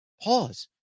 pause